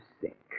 sick